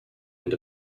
end